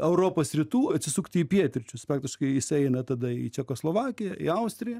europos rytų atsisukti į pietryčius faktiškai jis eina tada į čekoslovakiją į austriją